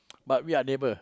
but we are neighbour